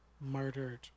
murdered